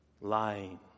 Lying